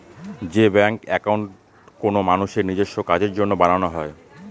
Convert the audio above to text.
যে bank account কোনো মানুষের নিজেস্ব কাজের জন্য বানানো হয়